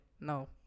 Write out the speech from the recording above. no